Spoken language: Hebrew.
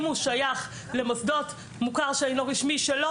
אם הוא שייך למוסדות מוכרים שאינם רשמיים שלא